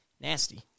nasty